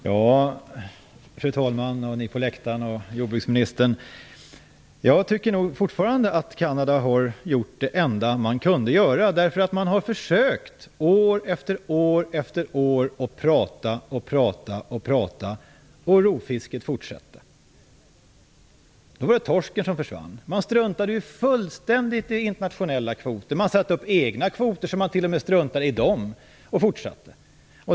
Fru talman! Ni på läktaren! Jordbruksministern! Jag tycker nog fortfarande att Kanada har gjort det enda de kunde göra. De har år efter år försökt att prata och prata, men rovfisket fortsätter. Förut var det torsken som försvann. Man struntade fullständigt i internationella kvoter. Man satte upp egna kvoter och struntade t.o.m. i dem och fortsatte.